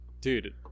dude